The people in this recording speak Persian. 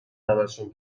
همشون